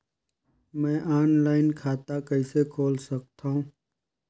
मैं ऑनलाइन खाता कइसे खोल सकथव?